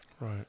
right